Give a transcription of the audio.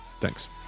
Thanks